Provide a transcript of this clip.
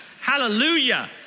Hallelujah